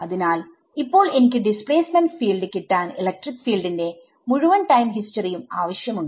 അതിനാൽ ഇപ്പോൾ എനിക്ക് ഡിസ്പ്ലേസ്മെന്റ് ഫീൽഡ് കിട്ടാൻ ഇലക്ട്രിക് ഫീൽഡിന്റെ മുഴുവൻ ടൈം ഹിസ്റ്ററി യും ആവശ്യം ഉണ്ട്